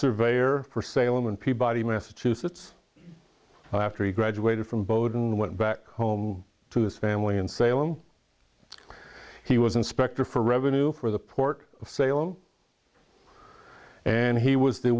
surveyor for salem and peabody massachusetts after he graduated from bowden went back home to his family in salem he was inspector for revenue for the port of salem and he was the